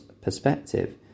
perspective